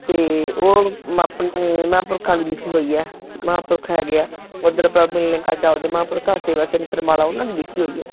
ਅਤੇ ਉਹ ਆਪਣੇ ਮਹਾਂਪੁਰਖਾਂ ਦੀ ਲਿਖੀ ਹੋਈ ਹੈ ਮਹਾਂਪੁਰਖ ਹੈਗੇ ਹੈ ਓਧਰ ਪ੍ਰਭ ਮਿਲਨੇ ਕਾ ਚਾਓ ਦੇ ਮਹਾਂਪੁਰਖਾਂ ਸੇਵਾ ਸਿੰਘ ਸਰਮਾਲਾ ਉਨ੍ਹਾਂ ਦੀ ਲਿਖੀ ਹੋਈ ਹੈ